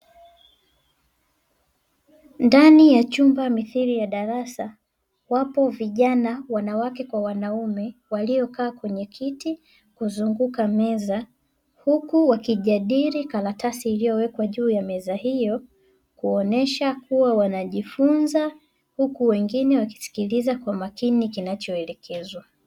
Ndani ya chumba mithiri ya darasa wapo vijana wanawake kwa wanaume waliokaa kwenye kiti kuzunguka meza. Huku wakijadili karatasi iliyowekwa juu ya meza hiyo kuonesha kuwa wanajifunza, huku wengine wakisikiiliza kwa makini kinachoelekezwa.